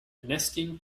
nesting